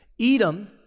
Edom